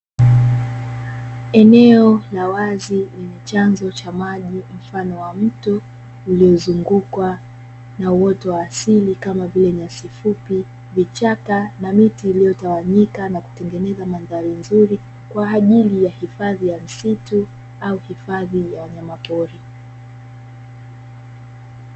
Eneo la wazi lenye chanzo cha maji mfano wa mto, uliozungukwa na uoto wa asili kama vile nyasi fupi, vichaka na miti iliyotawanyika na kutengeneza mandhari nzuri kwa ajili ya hifadhi ya msitu au hifadhi ya wanyamapori.